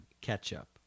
ketchup